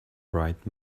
bright